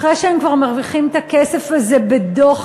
אחרי שהם כבר מרוויחים את הכסף הזה בדוחק,